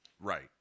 Right